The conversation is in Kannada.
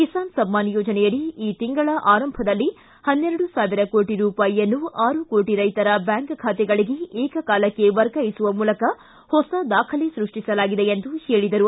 ಕಿಸಾನ್ ಸಮ್ನಾನ ಯೋಜನೆಯಡಿ ಈ ತಿಂಗಳ ಆರಂಭದಲ್ಲಿ ಪನ್ನೆರಡು ಸಾವಿರ ಕೋಟ ರೂಪಾಯಿಯನ್ನು ಆರು ಕೋಟ ರೈತರ ಬ್ಹಾಂಕ್ ಖಾತೆಗಳಿಗೆ ಏಕಕಾಲಕ್ಕೆ ವರ್ಗಾಯಿಸುವ ಮೂಲಕ ಹೊಸ ದಾಖಲೆ ಸೃಷ್ಷಿಸಲಾಗಿದೆ ಎಂದು ಹೇಳಿದರು